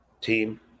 team